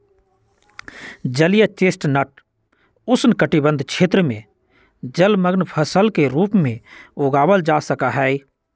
जलीय चेस्टनट उष्णकटिबंध क्षेत्र में जलमंग्न फसल के रूप में उगावल जा सका हई